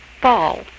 fall